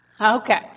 okay